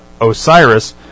Osiris